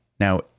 Now